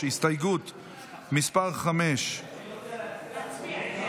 הסתייגות מס' 5. להצביע,